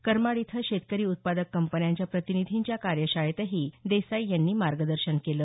करमाड इथं शेतकरी उत्पादक कंपन्यांच्या प्रतिनिधींच्या कार्यशाळेतही देसाई यांनी मार्गदर्शन केलं